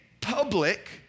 public